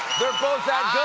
they're both that